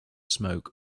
smoke